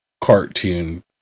cartoon